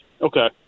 Okay